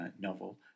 novel